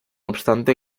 obstante